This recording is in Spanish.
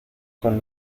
con